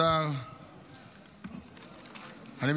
לצורך הכנתה לקריאה השנייה והשלישית.